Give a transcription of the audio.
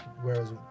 Whereas